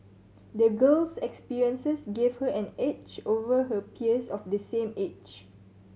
the girl's experiences gave her an edge over her peers of the same age